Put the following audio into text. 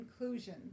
inclusion